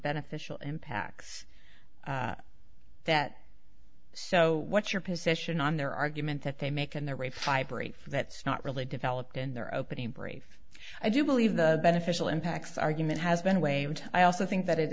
beneficial impacts that so what's your position on their argument that they make and the rate hybrid that's not really developed in their opening brief i do believe the beneficial impacts argument has been waived i also think that it